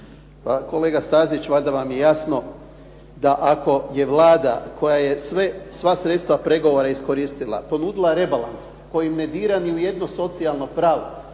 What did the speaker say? kolega Stazić pa valjda vam je jasno, da ako je Vlada koja je sva sredstava pregovora iskoristila ponudila rebalans kojim ne dira ni u jedno socijalno pravo,